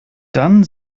dann